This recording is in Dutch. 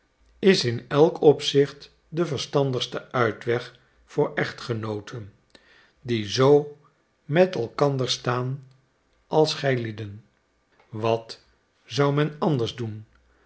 is in elk opzicht de verstandigste uitweg voor echtgenooten die zoo met elkander staan als gijlieden wat zou men anders doen